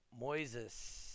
moises